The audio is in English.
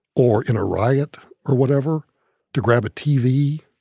or in a riot or whatever to grab a tv,